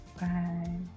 Bye